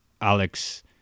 Alex